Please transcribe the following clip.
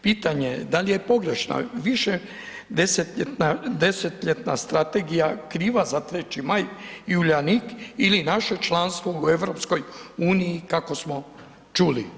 Pitanje je da li je pogrešna, višedesetljetna strategija kriva za 3.Maj i Uljanik ili naše članstvo u EU kako smo čuli?